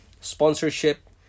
Sponsorship